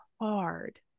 hard